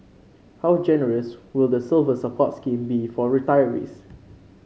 how generous will the Silver Support scheme be for retirees